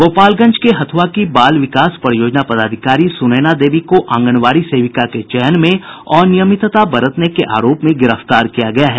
गोपालगंज के हथ्रआ की बाल विकास परियोजना पदाधिकारी सुनैना देवी को आंगनबाड़ी सेविका के चयन में अनियमितता बरतने के आरोप में गिरफ्तार किया गया है